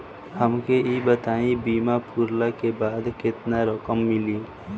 हमके ई बताईं बीमा पुरला के बाद केतना रकम मिली?